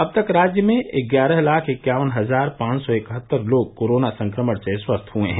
अब तक राज्य में ग्यारह लाख इक्यावन हजार पांच सौ इकहत्तर लोग कोरोना संक्रमण से स्वस्थ हुए हैं